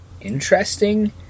interesting